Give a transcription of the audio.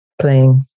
playing